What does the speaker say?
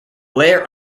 layer